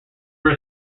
were